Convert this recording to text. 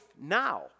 now